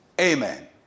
amen